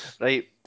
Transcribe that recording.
Right